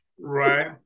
Right